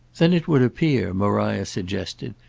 then it would appear, maria suggested,